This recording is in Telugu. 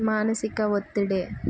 మానసిక ఒత్తిడే